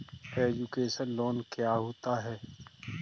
Education loan क्या होता है?